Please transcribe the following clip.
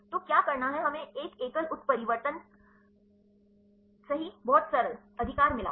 तो क्या करना है हमें एक एकल उत्परिवर्तन सही बहुत सरल अधिकार मिला